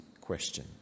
question